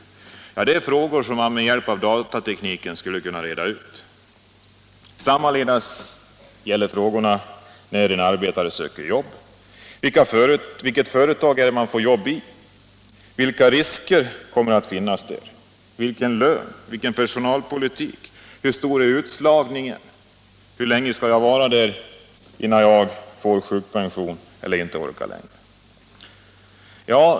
Det är sådana frågor som man med datateknikens hjälp skulle kunna reda ut. Datatekniken skulle också vara till stor hjälp när arbetare söker jobb. Vilket företag kan man få jobb på? Vilka risker förekommer det där? Hurudan är lönen? Vilken personalpolitik för man? Förekommer det stor utslagning? Hur länge skall jag behöva vara på en arbetsplats innan jag får sjukpension, när jag inte orkar längre?